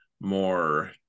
more